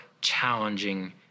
challenging